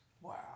Wow